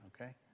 okay